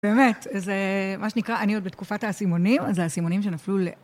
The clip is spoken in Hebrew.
באמת, זה מה שנקרא עניות בתקופת האסימונים, אז זה אסימונים שנפלו ל...